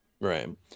right